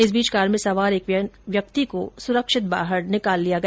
इस बीच कार में सवार एक अन्य व्यक्ति को सुरक्षित बाहर निकाल लिया गया